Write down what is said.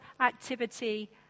activity